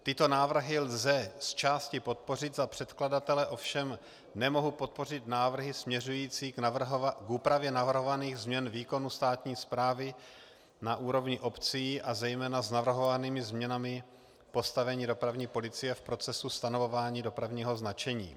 Tyto návrhy lze zčásti podpořit za předkladatele, ovšem nemohu podpořit návrhy směřující k úpravě navrhovaných změn výkonu státní správy na úrovni obcí a zejména s navrhovanými změnami postavení dopravní policie v procesu stanování dopravního značení.